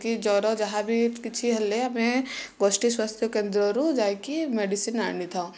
କି ଜର ଯାହା ବି କିଛି ହେଲେ ଆମେ ଗୋଷ୍ଠୀ ସ୍ୱାସ୍ଥ୍ୟ କେନ୍ଦ୍ରରୁ ଯାଇକି ମେଡ଼ିସିନ ଆଣିଥାଉ